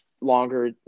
longer